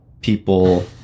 people